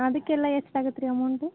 ಅದಕ್ಕೆಲ್ಲ ಎಷ್ಟು ಆಗತ್ತೆ ರೀ ಅಮೌಂಟು